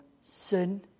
sin